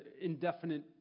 indefinite